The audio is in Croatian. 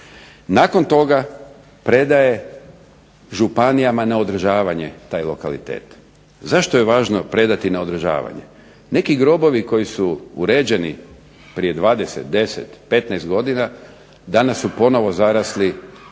Nakon toga predaje županijama na održavanje taj lokalitet. Zašto je važno predati na održavanje? Neki grobovi koji su uređeni prije 20, 10, 15 godina danas su ponovno zarasli u